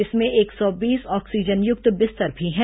इसमें एक सौ बीस ऑक्सीजन युक्त बिस्तर भी हैं